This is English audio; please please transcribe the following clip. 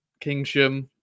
Kingsham